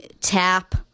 tap